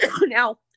Now